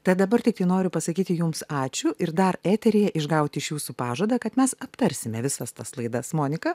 tad dabar tiktai noriu pasakyti jums ačiū ir dar eteryje išgauti iš jūsų pažadą kad mes aptarsime visas tas laidas monika